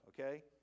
okay